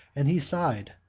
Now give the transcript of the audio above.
and he sighed,